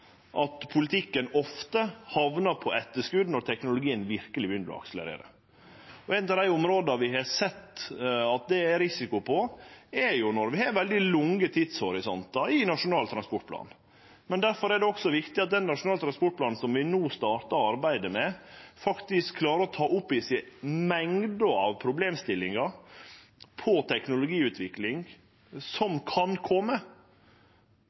at politikken ofte hamnar på etterskot når teknologien verkeleg begynner å akselerere. Eitt av dei områda der vi har sett at det er risiko, er når vi har veldig lange tidshorisontar i Nasjonal transportplan. Difor er det også viktig at transportplanen som vi no startar arbeidet med, klarer å ta opp i seg mengda av problemstillingar innan teknologiutvikling som kan kome.